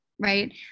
Right